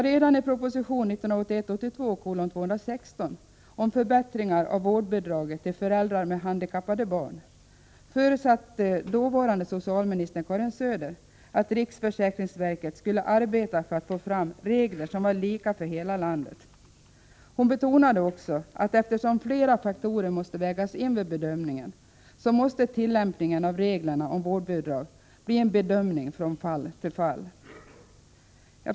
Redan i proposition 1981/82:216 om förbättringar av vårdbidraget till föräldrar med handikappade barn förutsatte dåvarande socialministern Karin Söder att riksförsäkringsverket skulle arbeta för att få fram regler som varlika för hela landet. Hon betonade också att eftersom flera faktorer måste vägas in vid bedömningen måste tillämpningen av reglerna om vårdbidrag bli en bedömning från fall till fall.